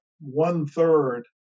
one-third